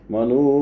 Manu